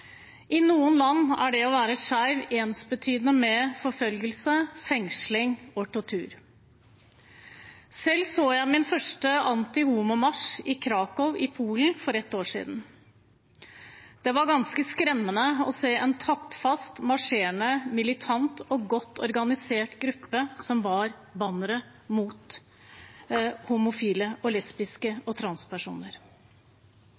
I noen land er det å være skeiv ensbetydende med forfølgelse, fengsling og tortur. Selv så jeg min første antihomomarsj i Krakow i Polen for et år siden. Det var ganske skremmende å se en taktfast, marsjerende, militant og godt organisert gruppe som bar bannere mot homofile, lesbiske og